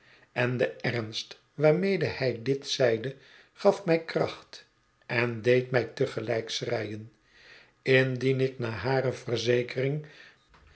en de ernst waarmede hij dit zeide gaf mij kracht en deed mij te gelijk schreien indien ik na hare verzekering